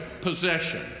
possession